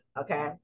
okay